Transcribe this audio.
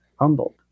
humbled